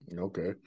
Okay